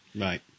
Right